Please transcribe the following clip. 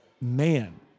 man